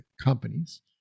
companies